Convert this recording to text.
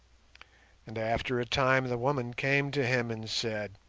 and after a time the woman came to him and said,